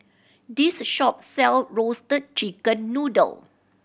this shop sell Roasted Chicken Noodle